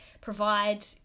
provide